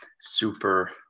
Super